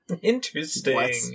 Interesting